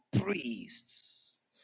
Priests